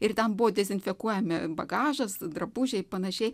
ir ten buvo dezinfekuojami bagažas drabužiai panašiai